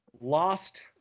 Lost